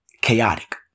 chaotic